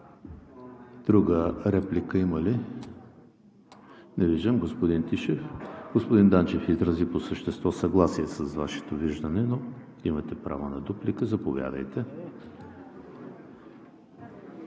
Друга реплика има ли? Не виждам. Господин Тишев, господин Данчев изрази по същество съгласие с Вашето виждане, но имате право на дуплика. Заповядайте.